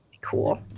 cool